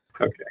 Okay